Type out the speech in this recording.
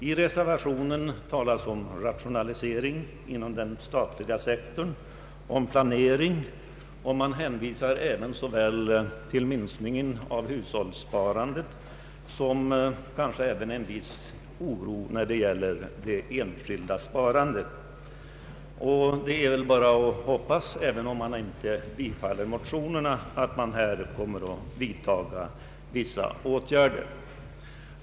I reservationen på denna punkt talas om rationalisering och planering inom den statliga sektorn. Reservanterna hänvisar även till såväl minskningen av hushållssparandet som en viss oro när det gäller det enskilda sparandet. Det är väl bara att hoppas att det på denna punkt kommer att vidtas vissa åtgärder, även om kammaren inte bifaller motionerna.